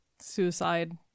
Suicide